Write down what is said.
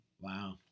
Wow